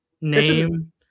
name